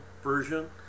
version